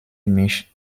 mich